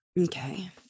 Okay